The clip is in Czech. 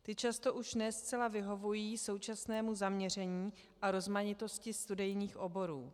Ty často už ne zcela vyhovují současnému zaměření a rozmanitosti studijních oborů.